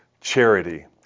charity